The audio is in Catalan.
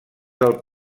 del